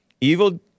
Evil